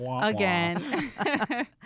again